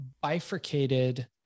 bifurcated